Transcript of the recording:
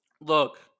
look